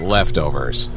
Leftovers